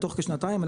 בתוך כשנתיים,